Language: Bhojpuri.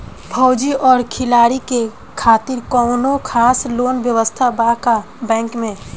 फौजी और खिलाड़ी के खातिर कौनो खास लोन व्यवस्था बा का बैंक में?